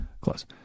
close